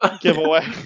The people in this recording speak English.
Giveaway